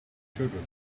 children